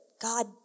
God